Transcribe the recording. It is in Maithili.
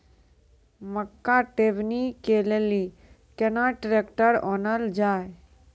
मक्का टेबनी के लेली केना ट्रैक्टर ओनल जाय?